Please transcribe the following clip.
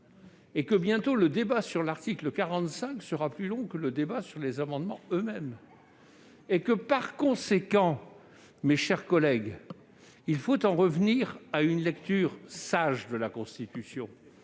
45. Bientôt le débat sur cet article sera plus long que celui qui porte sur les amendements eux-mêmes ! Par conséquent, mes chers collègues, il faut en revenir à une lecture sage de la Constitution.